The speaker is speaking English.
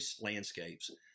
landscapes